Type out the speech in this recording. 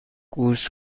گوش